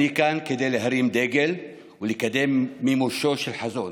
אני כאן כדי להרים דגל ולקדם מימושו של חזון,